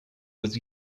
was